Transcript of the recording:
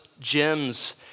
gems